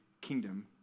kingdom